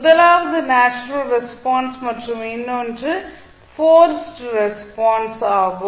முதலாவது natural response மற்றும் இன்னொன்று போர்ஸ்ட் ரெஸ்பான்ஸ் ஆகும்